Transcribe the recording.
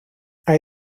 hay